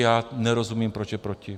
Já nerozumím, proč je proti.